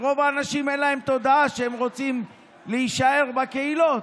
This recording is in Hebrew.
כי לרוב האנשים אין תודעה שהם רוצים להישאר בקהילות,